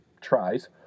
tries